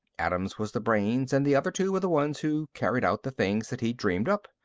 adams was the brains and the other two were the ones who carried out the things that he dreamed up.